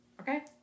Okay